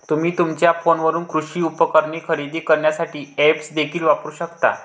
तुम्ही तुमच्या फोनवरून कृषी उपकरणे खरेदी करण्यासाठी ऐप्स देखील वापरू शकता